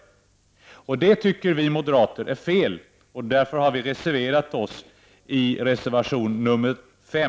Det tycker vi moderater är fel, och därför har vi avgivit reservation 5.